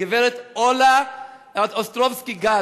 הגברת אולה אוסטרובסקי-זק.